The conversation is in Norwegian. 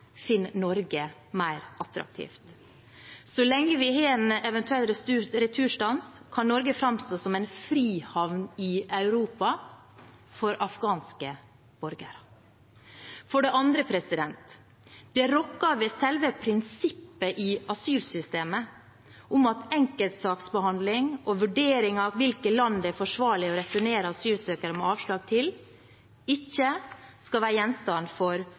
finner Norge mer attraktivt. Så lenge vi har en eventuell returstans, kan Norge framstå som en frihavn i Europa for afghanske borgere. For det andre: Det rokker ved selve prinsippet i asylsystemet om at enkeltsaksbehandling og vurderinger av hvilke land det er forsvarlig å returnere asylsøkere med avslag til, ikke skal være gjenstand for